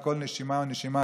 על כל נשימה ונשימה,